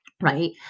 right